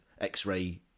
x-ray